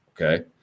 okay